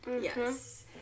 Yes